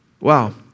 Wow